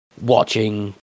watching